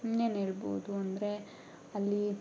ಇನ್ನೇನು ಹೇಳ್ಬೋದು ಅಂದರೆ ಅಲ್ಲಿ